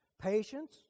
Patience